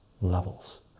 levels